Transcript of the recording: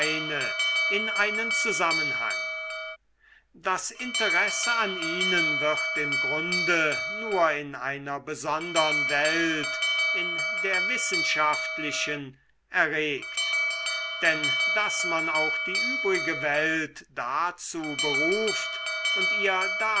in einen zusammenhang das interesse an ihnen wird im grunde nur in einer besondern welt in der wissenschaftlichen erregt denn daß man auch die übrige welt dazu beruft und ihr